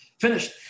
Finished